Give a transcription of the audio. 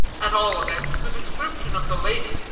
at all events, the description of the lady,